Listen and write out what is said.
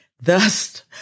Thus